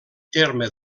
terme